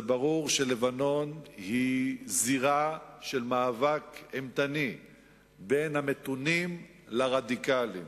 זה ברור שלבנון היא זירה של מאבק אימתני בין המתונים לרדיקלים,